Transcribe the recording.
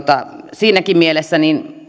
siinäkin mielessä